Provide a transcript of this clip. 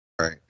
right